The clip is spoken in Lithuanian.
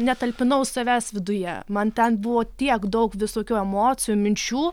netalpinau savęs viduje man ten buvo tiek daug visokių emocijų minčių